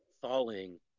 falling